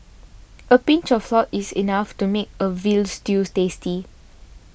a pinch of salt is enough to make a Veal Stew tasty